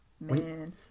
man